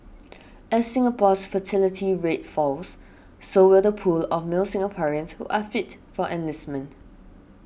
as Singapore's fertility rate falls so will the pool of male Singaporeans who are fit for enlistment